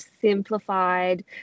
simplified